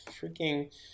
freaking